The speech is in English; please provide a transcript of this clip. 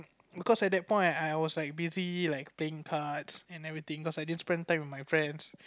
because at that point I was like busy like playing cards and everything cause I didn't spend time with my friends